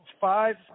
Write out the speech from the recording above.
five